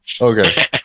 Okay